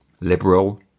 liberal